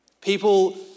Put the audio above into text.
People